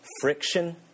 friction